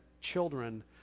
Children